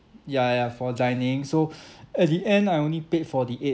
ya ya ya for dining so at the end I only paid forty eight